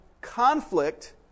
conflict